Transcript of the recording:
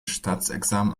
staatsexamen